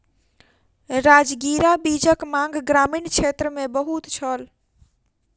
राजगिरा बीजक मांग ग्रामीण क्षेत्र मे बहुत छल